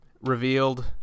revealed